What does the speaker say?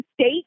State